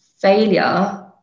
failure